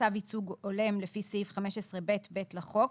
צו ייצוג הולם לפי סעיף 15ב(ב) לחוק